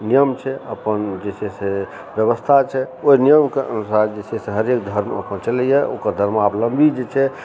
नियम छै अपन जे छै से व्यवस्था छै ओहि नियमके अनुसार जे छै से हरेक धर्म अपन चलैयै ओकर धर्मावलम्बी जे छै